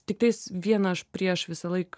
tiktais viena aš prieš visą laik